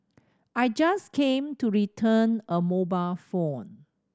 I just came to return a mobile phone